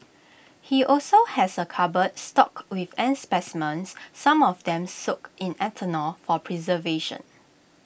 he also has A cupboard stocked with ant specimens some of them soaked in ethanol for preservation